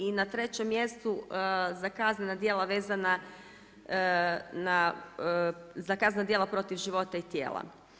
I na trećem mjestu za kaznena djela vezana na, za kaznena djela protiv života i tijela.